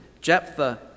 Jephthah